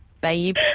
babe